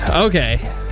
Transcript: Okay